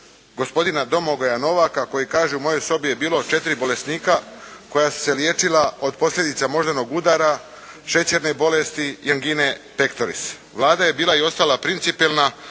gospodina Domagoja Novaka koji kaže: «U mojoj sobi je bilo 4 bolesnika koja su se liječila od posljedica moždanog udara, šećerne bolesti i angine pektoris. Vlada je bila i ostala principijelna.